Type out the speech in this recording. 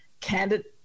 candidate